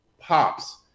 Pops